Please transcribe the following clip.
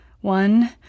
One